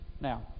Now